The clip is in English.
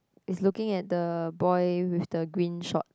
is looking at the boy with the green shorts